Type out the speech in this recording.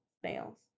snails